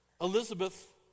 Elizabeth